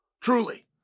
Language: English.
Truly